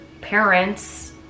parents